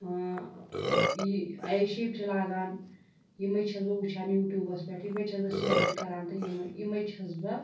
یہِ a shape چھِ لاگان یِمَے چھَس بہٕ وٕچھان یوٗٹیوٗبَس پٮ۪ٹھ یِمَے چھَس بہٕ سِلٮ۪کٹ کَران تہٕ یِمَے چھَس بہٕ